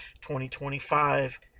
2025